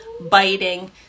biting